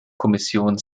kommission